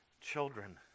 children